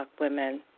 women